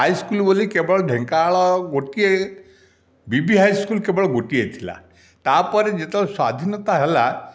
high school ବୋଲି କେବଳ ଢେଙ୍କାନାଳ ଗୋଟିଏ ବି ବି ହାଇସ୍କୁଲ ଗୋଟିଏ ଥିଲା ତା ପରେ ଯେତେବେଳେ ସ୍ୱାଧୀନତା ହେଲା